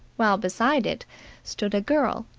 while beside it stood a girl,